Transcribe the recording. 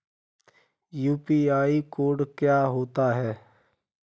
UPI code क्या होता है?